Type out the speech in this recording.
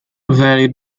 vary